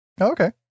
Okay